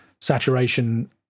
saturation